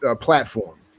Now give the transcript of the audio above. platform